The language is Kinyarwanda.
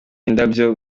indabyo